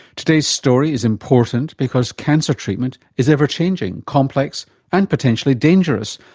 today's story is important because cancer treatment is ever changing, complex and potentially dangerous,